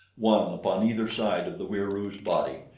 one upon either side of the wieroo's body,